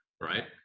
Right